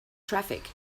traffic